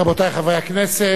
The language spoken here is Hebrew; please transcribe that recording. ירושלים, הכנסת,